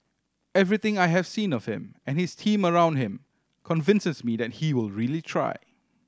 everything I have seen of him and his team around him convinces me that he will really try